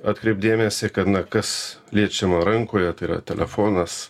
atkreipt dėmesį kad na kas liečiama rankoje tai yra telefonas